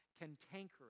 cantankerous